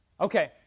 Okay